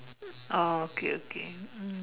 oh okay okay mm